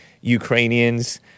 Ukrainians